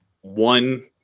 one